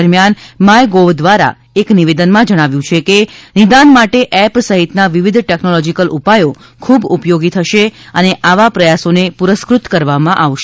દરમિયાન માયગોવ દ્વારા એક નિવેદનમાં જણાવાયું છે કે નિદાન માટે એપ સહિતના વિવિધ ટેક્નોલોજિકલ ઉપાયો ખૂબ ઉપયોગી થશે અને આવા પ્રયાસોને પુરસ્કૃત કરવામાં આવશે